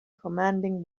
commanding